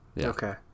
Okay